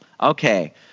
Okay